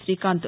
Srikanth